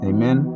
Amen